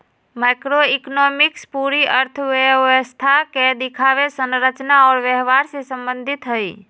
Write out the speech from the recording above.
macroeconomics पूरी अर्थव्यवस्था के दिखावे, संरचना और व्यवहार से संबंधित हई